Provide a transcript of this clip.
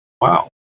Wow